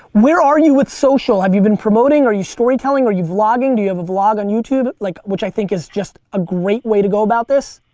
where are you with social? have you been promoting? are you storytelling? are you vlogging? do you have vlog on youtube like which i think is just a great way to go about this?